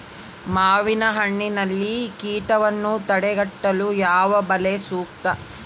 ಮಾವಿನಹಣ್ಣಿನಲ್ಲಿ ಕೇಟವನ್ನು ತಡೆಗಟ್ಟಲು ಯಾವ ಬಲೆ ಸೂಕ್ತ?